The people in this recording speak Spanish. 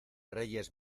reyes